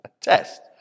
test